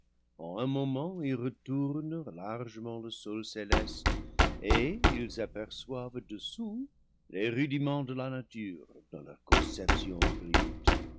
en un moment ils retournent largement le sol céleste et ils aperçoivent dessous les rudiments de la nature dans leur conception brute